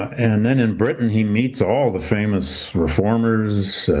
and then in britain, he meets all the famous reformers,